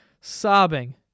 sobbing